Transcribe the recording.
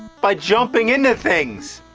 by jumping into things!